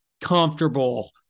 comfortable